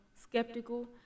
skeptical